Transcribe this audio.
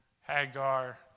Hagar